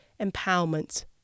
empowerment